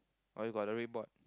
or you got the red board